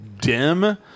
dim